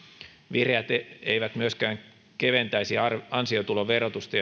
vihreät eivät myöskään keventäisi ansiotuloverotusta